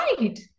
right